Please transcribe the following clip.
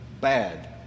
bad